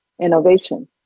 innovation